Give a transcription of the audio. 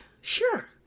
Sure